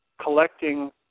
collecting